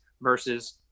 versus